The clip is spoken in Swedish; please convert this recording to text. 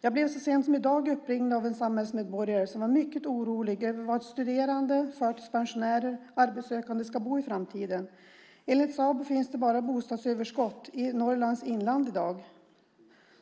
Jag blev så sent som i dag uppringd av en samhällsmedborgare som var mycket orolig över var studerande, förtidspensionärer och arbetssökande ska bo i framtiden. Enligt Sabo finns det i dag ett bostadsöverskott bara i Norrlands inland.